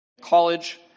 college